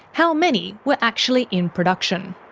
how many were actually in production.